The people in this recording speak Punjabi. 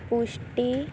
ਪੁਸ਼ਟੀ